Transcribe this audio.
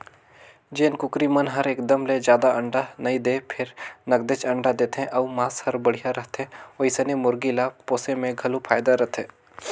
जेन कुकरी मन हर एकदम ले जादा अंडा नइ दें फेर नगदेच अंडा देथे अउ मांस हर बड़िहा रहथे ओइसने मुरगी ल पोसे में घलो फायदा रथे